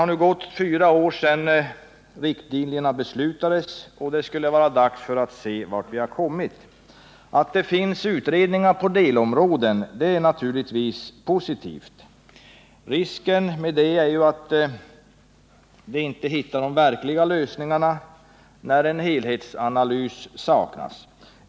Det har gått fyra år sedan riktlinjerna fastlades, och det torde nu vara dags att se vart vi har kommit. Att det finns utredningar på delområden är naturligtvis positivt, men risken med dessa är att vi inte kommer fram till de riktiga lösningarna, eftersom en helhetsanalys av situationen saknas.